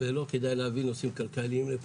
ולא כדאי להביא נושאים כלכליים לפה.